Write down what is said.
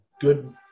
good